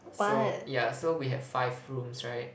so ya so we have five rooms right